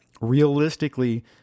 realistically